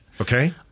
Okay